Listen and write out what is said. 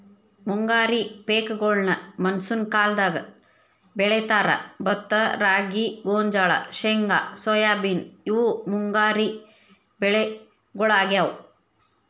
ಮುಂಗಾರಿ ಪೇಕಗೋಳ್ನ ಮಾನ್ಸೂನ್ ಕಾಲದಾಗ ಬೆಳೇತಾರ, ಭತ್ತ ರಾಗಿ, ಗೋಂಜಾಳ, ಶೇಂಗಾ ಸೋಯಾಬೇನ್ ಇವು ಮುಂಗಾರಿ ಬೆಳಿಗೊಳಾಗ್ಯಾವು